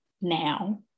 now